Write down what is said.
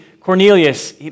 Cornelius